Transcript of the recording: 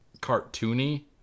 cartoony